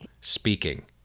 speaking